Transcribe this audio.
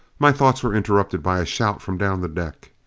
my thoughts were interrupted by a shout from down the deck.